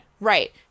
right